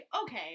okay